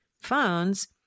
phones